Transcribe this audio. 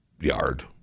yard